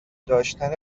داشتن